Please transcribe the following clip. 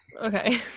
Okay